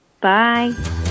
bye